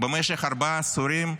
במשך ארבעה עשורים,